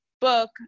book